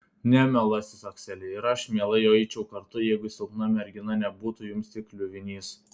ne mielasis akseli ir aš mielai eičiau kartu jeigu silpna mergina nebūtų jums tik kliuvinys